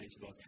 Facebook